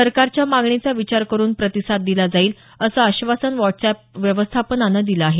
सरकारच्या मागणीचा विचार करून प्रतिसाद दिला जाईल असं आश्वासन व्हॉट्सअॅप व्यवस्थापनानं दिलं आहे